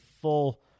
full